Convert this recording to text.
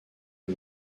les